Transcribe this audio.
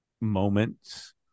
moments